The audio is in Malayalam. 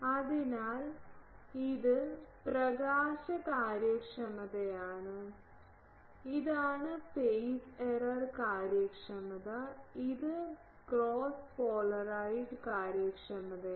അതിനാൽ ഇത് പ്രകാശ കാര്യക്ഷമതയാണ് ഇതാണ് ഫെയ്സ് എറർ കാര്യക്ഷമത ഇത് ക്രോസ് പോളറൈസ്ഡ് കാര്യക്ഷമതയാണ്